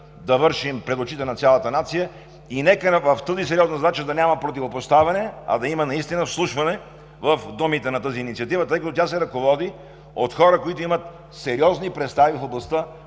задача пред очите на цялата нация и нека в тази сериозна задача да няма противопоставяне, а да има наистина вслушване в думите на тази инициатива, тъй като тя се ръководи от хора, които имат сериозни представи в областта